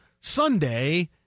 Sunday